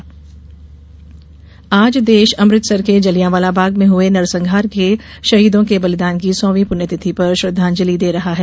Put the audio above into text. जलियांवाला बाग आज देश अमृतसर के जलियांवाला बाग में हए नरसंहार के शहीदों के बलिदान की सौवीं पृण्यतिथि पर श्रद्दांजलि दे रहा है